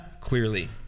clearly